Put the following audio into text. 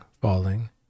falling